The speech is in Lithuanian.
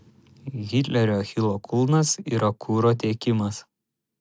hitlerio achilo kulnas yra kuro tiekimas